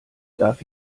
darf